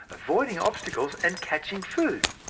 avoiding obstacles and catching food.